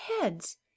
heads